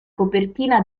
copertina